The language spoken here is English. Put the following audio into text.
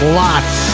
lots